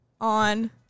on